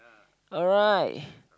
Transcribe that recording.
alright